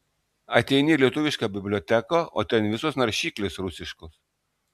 ateini į lietuviška biblioteką o ten visos naršyklės rusiškos